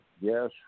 yes